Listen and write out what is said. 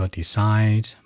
decide